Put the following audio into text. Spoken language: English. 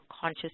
conscious